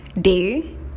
day